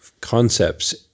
concepts